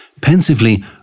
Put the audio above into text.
Pensively